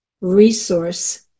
resource